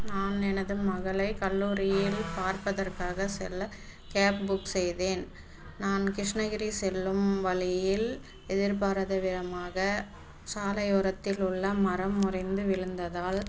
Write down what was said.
நான் எனது மகளை கல்லூரியில் பார்ப்பதற்க்காக செல்ல கேப் புக் செய்தேன் நான் கிருஷ்ணகிரி செல்லும் வழியில் எதிர்பாராத விதமாக சாலை ஓரத்தில் உள்ள மரம் முறிந்து விழுந்ததால்